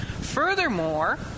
Furthermore